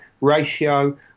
ratio